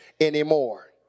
anymore